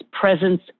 presence